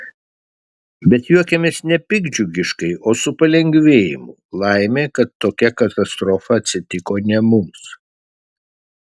bet juokiamės ne piktdžiugiškai o su palengvėjimu laimė kad tokia katastrofa atsitiko ne mums